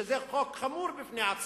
שזה חוק חמור בפני עצמו,